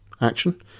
action